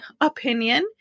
opinion